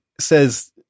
says